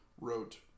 wrote